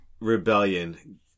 rebellion